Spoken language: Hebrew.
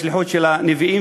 בשליחות של הנביאים,